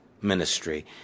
ministry